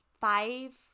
five